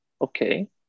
okay